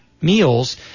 meals